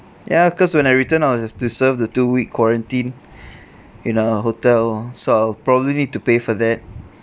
ya because when I return I will have to serve the two week quarantine in a hotel so I'll probably need to pay for that